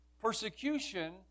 persecution